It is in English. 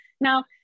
now